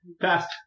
Fast